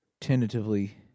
tentatively